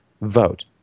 vote